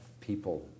people